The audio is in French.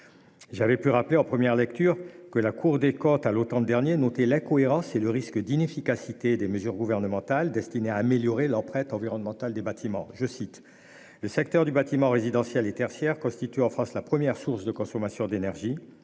j'avais rappelé que la Cour des comptes, à l'automne dernier, avait noté l'incohérence et le risque d'inefficacité des mesures gouvernementales destinées à améliorer l'empreinte environnementale des bâtiments :« Le secteur du bâtiment, résidentiel et tertiaire, constitue en France la première source de consommation d'énergie.